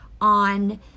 on